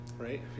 right